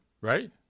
right